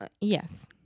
Yes